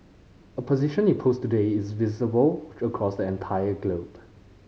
a position you post today is visible across the entire globe